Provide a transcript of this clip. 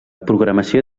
programació